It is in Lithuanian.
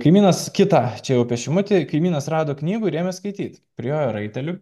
kaimynas kitą čia jau apie šimutį kaimynas rado knygų ir ėmė skaityt prijojo raitelių